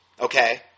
okay